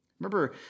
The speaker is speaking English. Remember